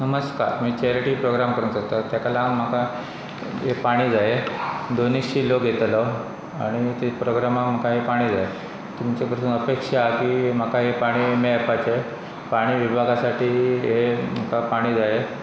नमस्कार मी charity programme करूंक सोदता ताका लागन म्हाका हे पाणी जाय दोनीशशी लोक येतलो आनी ते प्रोग्रामाक म्हाका हे पाणी जाय तुमचे पसून अपेक्षा आहा की म्हाका हे पाणी मेळपाचे पाणी विभागासाठी हे म्हाका पाणी जाय